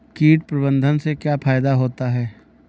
कीट प्रबंधन से क्या फायदा होता है?